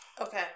Okay